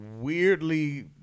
weirdly